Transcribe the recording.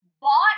bought